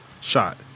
shot